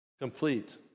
complete